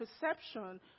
perception